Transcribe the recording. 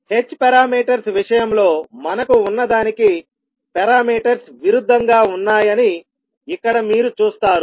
h parameters విషయంలో మనకు ఉన్నదానికి పారామీటర్స్ విరుద్ధంగా ఉన్నాయని ఇక్కడ మీరు చూస్తారు